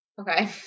Okay